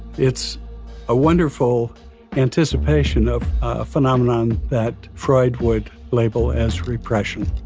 it's a wonderful anticipation of phenomenon that freud would label as repression.